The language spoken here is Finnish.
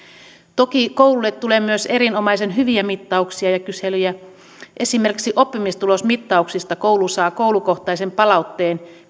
toki kouluille tulee myös erinomaisen hyviä mittauksia ja kyselyjä esimerkiksi oppimistulosmittauksista koulu saa koulukohtaisen palautteen